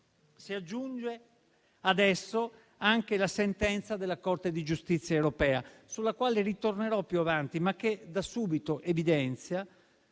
si aggiunge adesso la sentenza della Corte di giustizia europea, sulla quale ritornerò più avanti, ma che da subito evidenzia